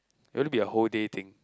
you want to be a whole day thing